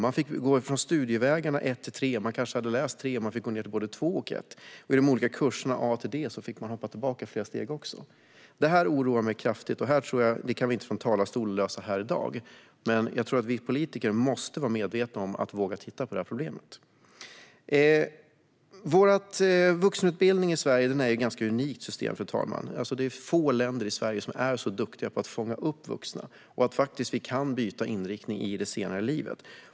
De hade kanske läst sfi 1-3 och fick gå ned till sfi 2 eller 1. I de olika kurserna A-D fick de också hoppa tillbaka flera steg. Detta oroar mig mycket, men det kan vi inte lösa från talarstolen i dag. Men jag tror att vi politiker måste vara medvetna om detta och våga titta på detta problem. Vår vuxenutbildning i Sverige är ett ganska unikt system. Det är få länder som är så duktiga som Sverige på att fånga upp vuxna, så att vi faktiskt kan byta inriktning senare i livet.